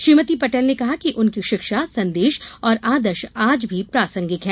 श्रीमती पटेल ने कहा कि उनकी शिक्षा संदेश और आदर्श आज भी प्रासंगिक हैं